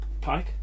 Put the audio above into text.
pike